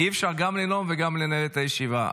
אי-אפשר גם לנאום וגם לנהל את הישיבה.